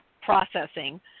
processing